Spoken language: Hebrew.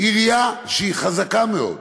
עירייה שהיא חזקה מאוד,